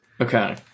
Okay